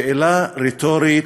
שאלה רטורית,